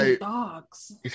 dogs